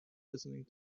listening